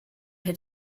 had